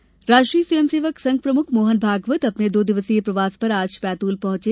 मोहन भागवत राष्ट्रीय स्वयंसेवक संघ प्रमुख मोहन भागवत अपने दो दिवसीय प्रवास पर आज बैतूल पहुंचे